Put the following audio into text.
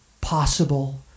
possible